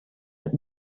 mit